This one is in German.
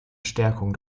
stärkung